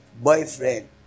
Boyfriend